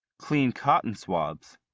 clean cotton swabs.